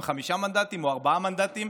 הם חמישה מנדטים או ארבעה מנדטים,